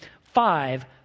five